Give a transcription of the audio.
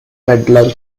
peddler